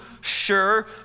sure